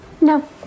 No